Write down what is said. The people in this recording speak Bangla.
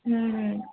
হ্যাঁ হ্যাঁ